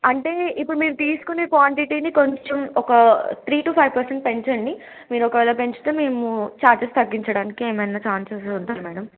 అంటే ఇప్పుడు మీరు తీసుకునే క్వాంటిటీని కొంచెం ఒక త్రీ టు ఫైవ్ పర్సెంట్ పెంచండి మీరు ఒకవేళ పెంచితే మేము ఛార్జెస్ తగ్గించడానికి ఏమైనా ఛాన్సెస్ ఉంటాయి మ్యాడమ్